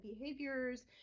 behaviors